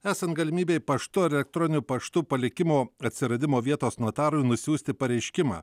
esant galimybei paštu ar elektroniniu paštu palikimo atsiradimo vietos notarui nusiųsti pareiškimą